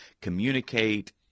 communicate